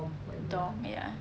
dorm ya